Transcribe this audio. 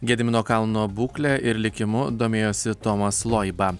gedimino kalno būkle ir likimu domėjosi tomas loiba